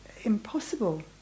impossible